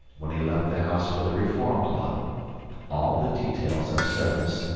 when he left the house for the reform club all the details of service,